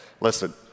listen